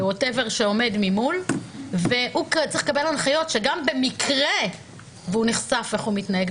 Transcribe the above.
שעומד ממול וצריך לקבל הנחיות שגם במקרה והוא נחשף איך הוא מתנהג,